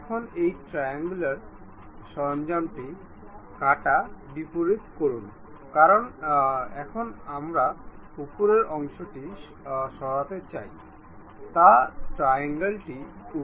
সুতরাং এই লিনিয়ার কাপলারে প্রদর্শন করার জন্য আমাদের দুটি চাকা প্রয়োজন